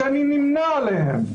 שאני נמנה עליהם,